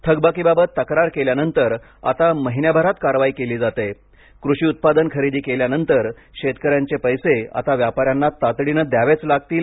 थकबाकीबाबत तक्रार केल्यानंतर आता महिन्याभरात कारवाई केली जाते कृषी उत्पादन खरेदी केल्यानंतर शेतकऱ्यांचे पैसे आता व्यापाऱ्यांना तातडीनं द्यावेच लागतील